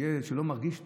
ילד שלא מרגיש טוב,